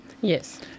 Yes